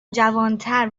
جوانتر